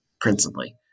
principally